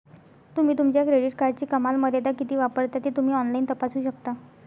तुम्ही तुमच्या क्रेडिट कार्डची कमाल मर्यादा किती वापरता ते तुम्ही ऑनलाइन तपासू शकता